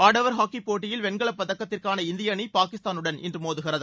ஆடவர் ஹாக்கி போட்டியில் வெண்கல பதக்கத்திற்காக இந்திய அணி பாகிஸ்தானுடன் இன்று மோதுகிறது